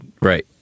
Right